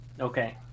okay